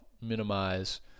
minimize